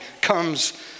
comes